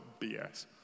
BS